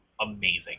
amazing